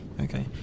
okay